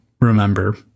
remember